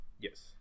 Yes